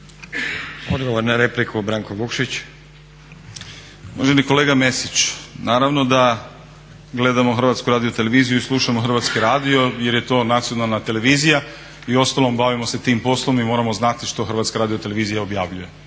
Vukšić. **Vukšić, Branko (Nezavisni)** Uvaženi kolega Mesić, naravno da gledamo Hrvatsku televiziju i slušamo Hrvatski radio jer je to nacionalna televizija i uostalom bavimo se tim poslom i moramo znati što HRT objavljuje,